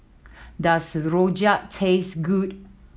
does Rojak taste good